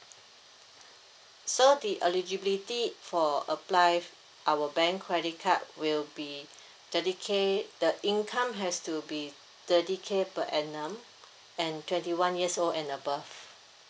so the eligibility for apply our bank credit card will be thirty K the income has to be thirty K per annum and twenty one years old and above